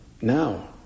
now